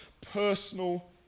personal